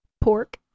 pork